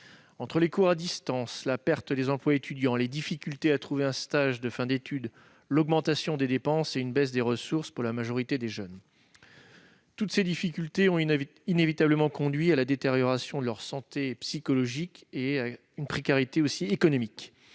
entre les cours à distance, la perte des emplois étudiants, les difficultés à trouver un stage de fin d'études, l'augmentation des dépenses et une baisse des ressources pour la majorité des jeunes. Toutes ces difficultés ont inévitablement conduit à la détérioration de leur santé psychologique et à l'augmentation de